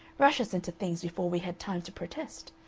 rush us into things before we had time to protest.